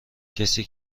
کسی